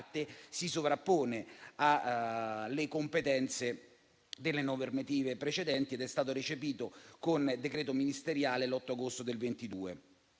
si sovrappone alle competenze delle normative precedenti, ed è stato recepito con decreto ministeriale l'8 agosto 2022.